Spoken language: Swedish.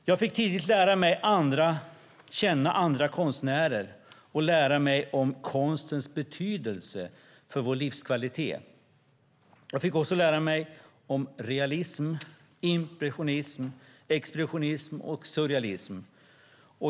Jag fick tidigt lära känna andra konstnärer och lära mig om konstens betydelse för vår livskvalitet. Jag fick också lära mig om realism, impressionism, expressionism och surrealism.